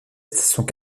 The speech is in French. sont